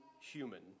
human